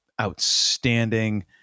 outstanding